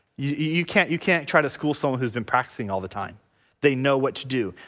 you you can't you can't try to school someone who's been practicing all the time they know what to do.